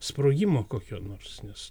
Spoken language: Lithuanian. sprogimo kokio nors nes